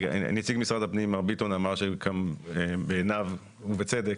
נציג משרד הפנים, מר ביטון, אמר שבעיניו, ובצדק,